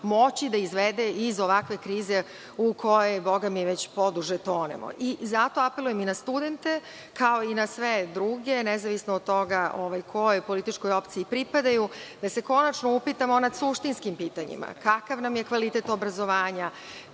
moći da izvede iz ovakve krize u kojoj bogami već poduže tonemo. Zato apelujem i na studente, kao i na sve druge nezavisno od toga kojoj političkoj opciji pripadaju da se konačno upitamo nad suštinskim pitanjima – kakav nam je kvalitet obrazovanja,